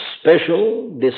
special